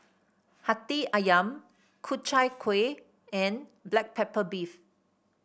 Hati ayam Ku Chai Kueh and Black Pepper Beef